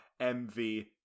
mv